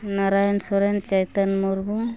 Narayan Soren Chaitan Murmu